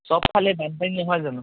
চবফালেই বানপানী নহয় জানো